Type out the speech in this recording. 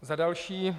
Za další.